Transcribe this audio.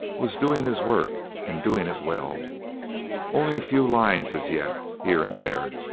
was doing his work, and doing it well only a few lines as yet, here and there,